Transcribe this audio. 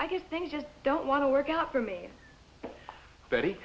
i guess things just don't want to work out for me b